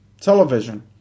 television